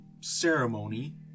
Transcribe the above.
ceremony